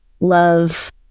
love